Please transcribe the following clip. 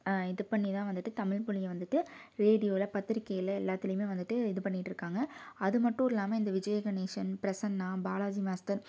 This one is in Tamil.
இது பண்ணி தான் வந்துட்டு தமிழ்மொழியை வந்துட்டு ரேடியோவில் பத்திரிக்கையில் எல்லாத்திலேயுமே வந்துட்டு இது பண்ணியிட்டுருக்காங்க அது மட்டும் இல்லாமல் இந்த விஜய கணேஷன் பிரசன்னா பாலாஜி மாஸ்டர்